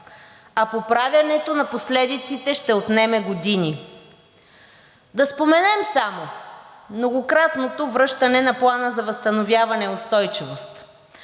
а поправянето на последиците ще отнеме години. Да споменем само многократното връщане на Плана за възстановяване и устойчивост